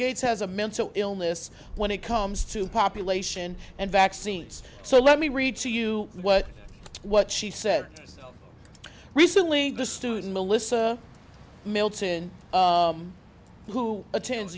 gates has a mental illness when it comes to population and vaccines so let me read to you what what she said recently the student melissa milton who attend